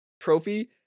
trophy